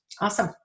Awesome